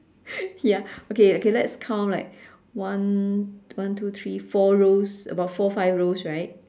ya okay okay let's count like one one two three four rows about four five rows right